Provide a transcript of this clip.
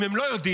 אם הם לא יודעים,